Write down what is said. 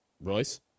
Royce